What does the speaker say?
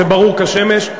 זה ברור כשמש,